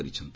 କରିଛନ୍ତି